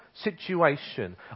situation